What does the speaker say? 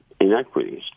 inequities